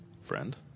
friend